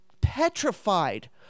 petrified